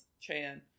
Chan